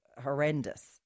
Horrendous